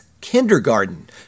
kindergarten